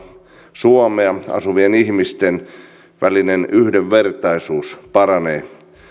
suomea asuvien ihmisten välinen yhdenvertaisuus paranee